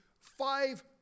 five